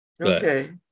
Okay